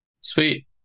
Sweet